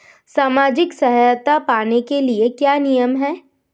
सामाजिक सहायता पाने के लिए क्या नियम हैं?